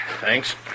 Thanks